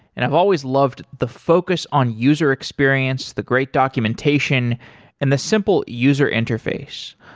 and i've always loved the focus on user experience, the great documentation and the simple user interface.